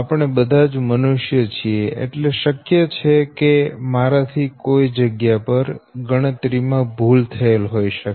આપણે બધા જ મનુષ્ય છીએ એટલે શક્ય છે કે મારા થી કોઈ જગ્યા પર ગણતરી માં ભૂલ થયેલ હોય શકે